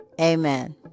Amen